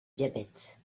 diabète